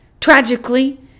Tragically